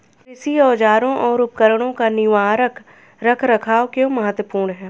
कृषि औजारों और उपकरणों का निवारक रख रखाव क्यों महत्वपूर्ण है?